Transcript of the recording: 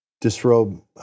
disrobe